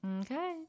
Okay